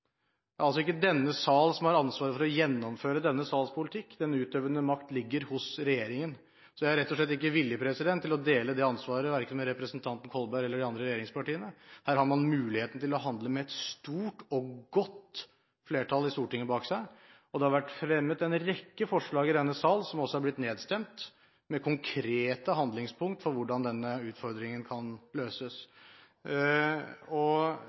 Det er altså ikke denne sal som har ansvaret for å gjennomføre denne sals politikk. Den utøvende makt ligger hos regjeringen. Jeg er rett og slett ikke villig til å dele det ansvaret verken med representanten Kolberg eller med de andre regjeringspartiene. Her har man muligheten til å handle med et stort og godt flertall i Stortinget bak seg. Det har vært fremmet en rekke forslag i denne sal som har blitt nedstemt, med konkrete handlingspunkt for hvordan denne utfordringen kan løses.